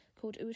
called